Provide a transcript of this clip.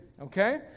okay